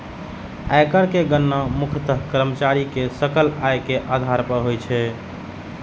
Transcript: आयकर के गणना मूलतः कर्मचारी के सकल आय के आधार पर होइ छै